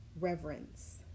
reverence